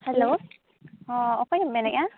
hello ᱦᱚᱸ ᱚᱠᱚᱭᱮᱢ ᱢᱮᱱᱮᱫᱼᱟ